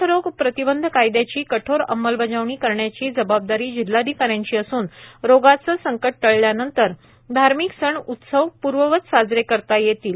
साथरोग प्रतिबंध कायद्याची कठोर अंमलबजावणी करण्याची जबाबदारी जिल्हाधिकाऱ्यांची असून रोगाचे हे संकट टळल्यानंतर धार्मिक सण उत्सव पूर्ववत साजरे करता येतील